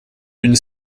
une